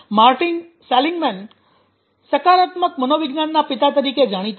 Martin Seligman સકારાત્મક મનોવિજ્ઞાનના પિતા તરીકે જાણીતા છે